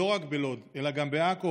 לא רק בלוד אלא גם בעכו,